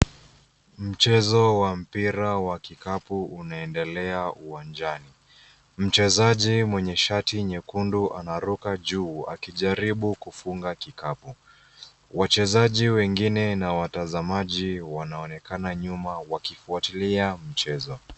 Mchezo wa mpira wa kikapu unaendelea uwanjani. Mchezaji mwenye shati nyekundu anaruka juu akijaribu kufunga kikapu. Wachezaji wengine na watazamaji wanaonekana nyuma wakifwatilia mchezo.